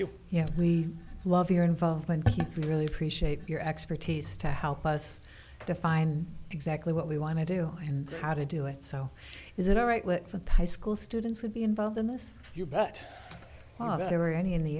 you yeah we love your involvement we really appreciate your expertise to help us define exactly what we want to do and how to do it so is it all right let for the high school students would be involved in this year but never any in the